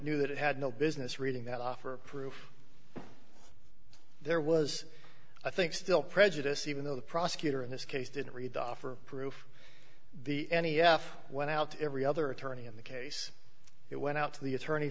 knew that it had no business reading that offer proof there was i think still prejudice even though the prosecutor in this case didn't read the offer proof the n e f went out to every other attorney in the case it went out to the attorney